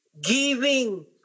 giving